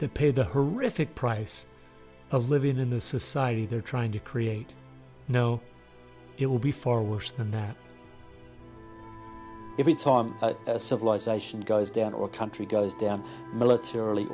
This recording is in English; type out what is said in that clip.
to pay the horrific price of living in the society they're trying to create no it will be far worse than that every time a civilization goes down or country goes down militarily